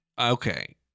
Okay